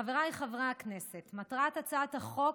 חבריי חברי הכנסת, מטרת הצעת החוק,